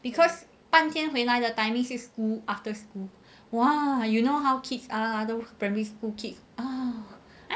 because 半天回来的 timing 是 school after school !wah! you know how kids ah those primary school kids